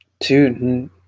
Dude